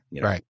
Right